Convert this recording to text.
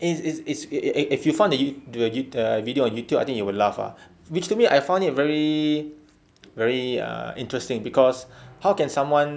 it's it's it's if if if you found it the the video on youtube I think you will laugh ah which to me I find it very very ah interesting cause how can someone